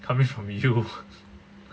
coming from you